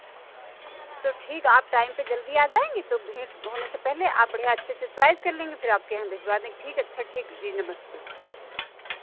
तो ठीक आप टाइम पे जल्दी आ जाएँगे तो भीड़ होने से पहेले आप बढ़ियाँ अच्छे से चॉइस कर लेंगे फिर आपके यहाँ भिजवा दें ठीक अच्छा ठीक जी नमस्ते